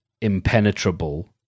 impenetrable